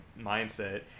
mindset